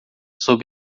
sob